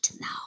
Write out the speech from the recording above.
now